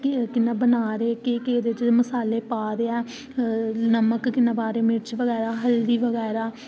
ते कियां बना दे केह् केह् एह्दे बिच मसाले पा दे नमक किन्ना पा दे मिर्च बगैरा हल्दी बगैरा